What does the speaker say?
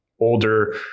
older